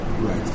Right